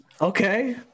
Okay